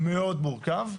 מאוד מורכב.